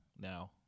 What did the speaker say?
now